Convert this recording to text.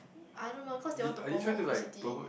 I don't know cause they want to promote obesity